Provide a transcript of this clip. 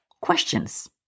questions